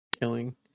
killing